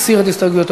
הסיר את הסתייגותו.